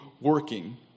working